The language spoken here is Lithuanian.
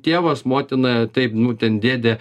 tėvas motina taip nu ten dėdė